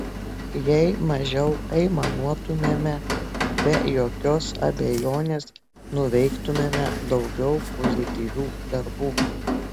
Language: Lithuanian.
jei mažiau aimanuotumėme be jokios abejonės nuveiktumėme daugiau pozityvių darbų